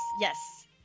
yes